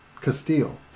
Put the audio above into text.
Castile